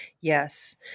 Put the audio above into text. Yes